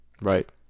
right